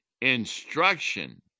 instruction